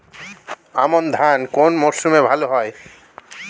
আমন ধান কোন মরশুমে ভাল হয়?